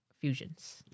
fusions